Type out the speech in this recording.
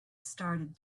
started